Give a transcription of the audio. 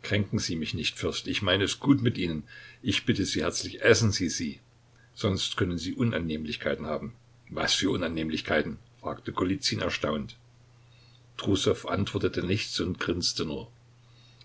kränken sie mich nicht fürst ich meine es gut mit ihnen ich bitte sie herzlich essen sie sie sonst können sie unannehmlichkeiten haben was für unannehmlichkeiten fragte golizyn erstaunt trussow antwortete nichts und grinste nur